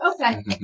Okay